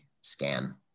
scan